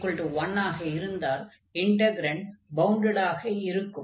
அதில் n≥1 ஆக இருந்தால் இன்டக்ரன்ட் பவுண்டடாக இருக்கும்